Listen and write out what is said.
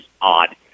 odd